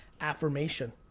affirmation